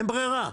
אין ברירה.